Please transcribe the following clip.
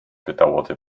bedauerte